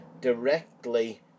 directly